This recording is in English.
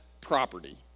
property